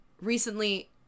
recently